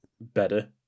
better